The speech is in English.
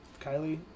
Kylie